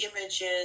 images